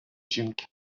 жінки